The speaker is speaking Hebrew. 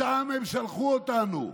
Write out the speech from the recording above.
לשם הם שלחו אותנו.